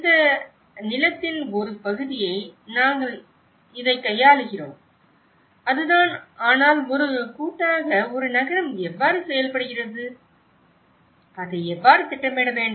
இந்த நிலத்தின் ஒரு பகுதியை நாங்கள் இதைக் கையாளுகிறோம் அதுதான் ஆனால் ஒரு கூட்டாக ஒரு நகரம் எவ்வாறு செயல்படுகிறது அதை எவ்வாறு திட்டமிட வேண்டும்